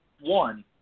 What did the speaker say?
one